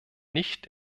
nicht